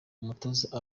umutoza